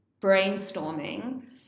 brainstorming